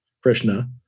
Krishna